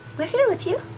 we're here with you!